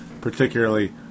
particularly